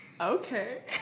Okay